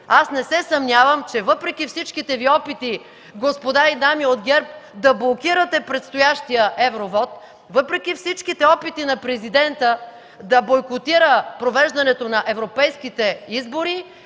Аз не се съмнявам, че въпреки всичките Ви опити, господа и дами от ГЕРБ, да блокирате предстоящия евро вот, въпреки всички опити на Президента да бойкотира провеждането на европейските избори,